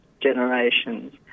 generations